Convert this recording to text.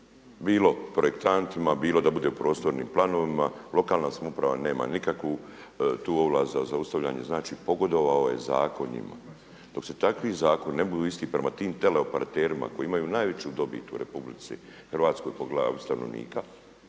bilo projektantima, bilo da bude u prostornim planovima. Lokalna samouprava nema nikakvu tu ovlast za zaustavljanje, znači pogodovao je zakon njima. Dok takvi zakoni ne budu isti prema tim teleoperaterima koji imaju najveću dobit u RH po glavi stanovnika,